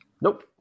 Nope